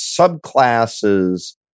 subclasses